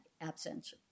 absence